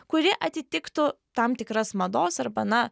kuri atitiktų tam tikras mados arba na